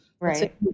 Right